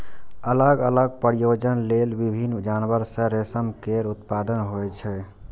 अलग अलग प्रयोजन लेल विभिन्न जानवर सं रेशम केर उत्पादन होइ छै